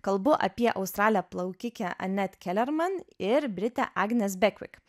kalbu apie australę plaukikę anet kelerman ir britę agnes bekvik